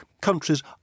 countries